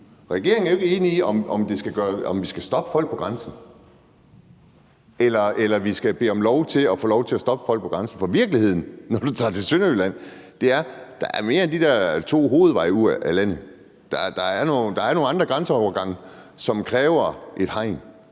Regeringen er jo ikke enige, i forhold til om vi skal stoppe folk på grænsen, eller om vi skal bede om lov til at få lov til at stoppe folk på grænsen. For virkeligheden er, når du tager til Sønderjylland, at der er mere end de der to hovedveje ud af landet. Der er nogle andre grænseovergange, som kræver et hegn.